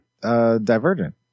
Divergent